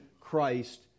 Christ